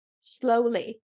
slowly